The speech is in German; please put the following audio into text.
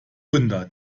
wunder